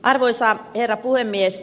arvoisa herra puhemies